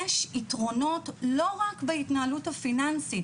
יש יתרונות לא רק בהתנהלות הפיננסית.